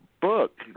book